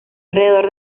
alrededor